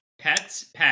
pets